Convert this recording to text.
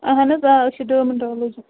اَہَن حظ آ أسۍ چھِ ڈٕرمَٹولوجِسٹہٕ